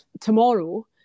tomorrow